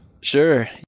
Sure